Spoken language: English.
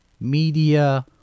media